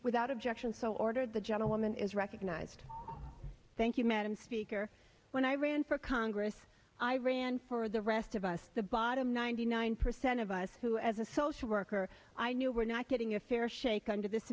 without objection so ordered the gentleman is recognized thank you madam speaker when i ran for congress i ran for the rest of us the bottom ninety nine percent of us who as a social worker i knew were not getting a fair shake under this